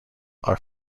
are